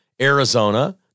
Arizona